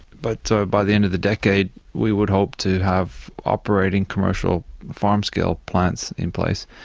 but so by the end of the decade we would hope to have operating commercial farm-scale plants in place.